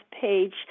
page